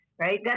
right